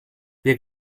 wir